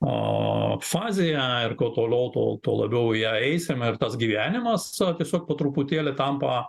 o fazėje ir kuo toliau tol tuo labiau į ją eisime ir tas gyvenimas savo tiesiog po truputėlį tampa